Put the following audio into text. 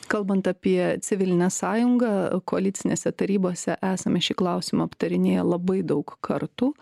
kalbant apie civilinę sąjungą koalicinėse tarybose esame šį klausimą aptarinėję labai daug kartų